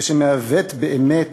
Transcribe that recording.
ושמהווה באמת